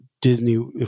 disney